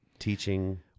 Teaching